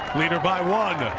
leader by one.